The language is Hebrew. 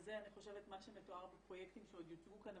וזה אני חושבת מה שמתואר בפרויקטים שעוד יוצגו כאן.